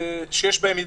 שיש בהן הידבקות,